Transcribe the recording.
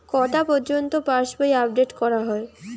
কটা পযর্ন্ত পাশবই আপ ডেট করা হয়?